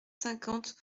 cinquante